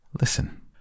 Listen